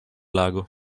lago